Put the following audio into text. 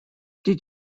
did